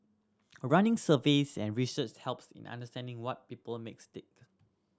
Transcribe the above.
running surveys and research helps in understanding what people makes tick